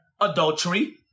adultery